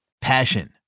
Passion